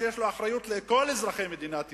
שיש לו אחריות לכל אזרחי מדינת ישראל,